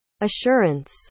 assurance